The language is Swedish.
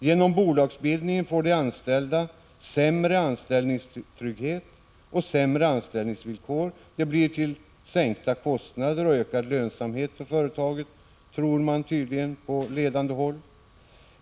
Genom bolagsbildningen får de anställda sämre anställningstrygghet och sämre anställningsvillkor. Detta innebär sänkta kostnader och ökad lönsamhet för företaget — tror man tydligen på ledande håll.